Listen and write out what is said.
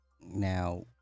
Now